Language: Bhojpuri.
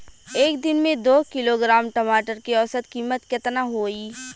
एक दिन में दो किलोग्राम टमाटर के औसत कीमत केतना होइ?